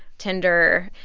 tinder.